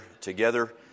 together